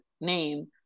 name